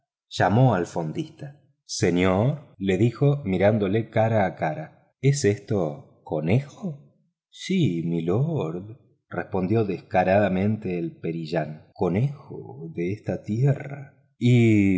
llamó al fondista señor le dijo mirándole cara a cara es esto conejo sí milord respondió descaradamente el perillán conejo de esta tierra y